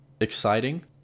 exciting